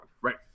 right